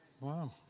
Wow